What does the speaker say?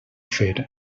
fer